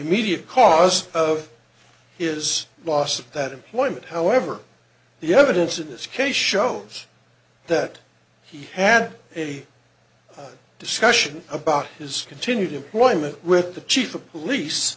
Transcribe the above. immediate cause of his loss of that employment however the evidence in this case shows that he had a discussion about his continued employment with the chief of police